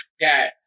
got